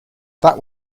that